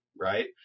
Right